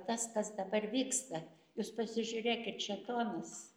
tas tas dabar vyksta jūs pasižiūrėkit šėtonas